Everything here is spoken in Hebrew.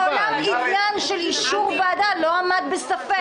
מעולם עניין של אישור ועדה לא עמד בספק.